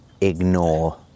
ignore